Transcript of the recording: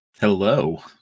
Hello